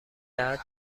درد